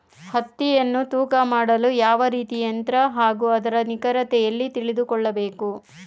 ಹತ್ತಿಯನ್ನು ತೂಕ ಮಾಡಲು ಯಾವ ರೀತಿಯ ಯಂತ್ರ ಹಾಗೂ ಅದರ ನಿಖರತೆ ಎಲ್ಲಿ ತಿಳಿದುಕೊಳ್ಳಬೇಕು?